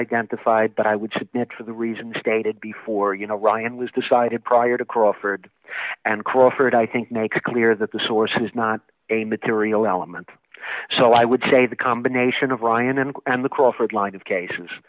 identified but i would submit for the reasons stated before you know ryan was decided prior to crawford and crawford i think makes clear that the source is not a material element so i would say the combination of ryan and the crawford line of cases